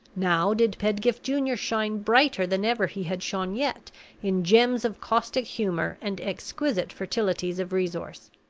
now did pedgift junior shine brighter than ever he had shone yet in gems of caustic humor and exquisite fertilities of resource.